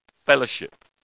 fellowship